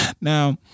Now